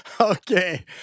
Okay